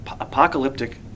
apocalyptic